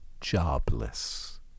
jobless